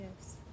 Yes